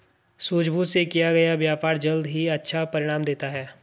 सूझबूझ से किया गया व्यापार जल्द ही अच्छा परिणाम देता है